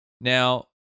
Now